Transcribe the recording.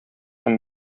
һәм